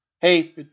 hey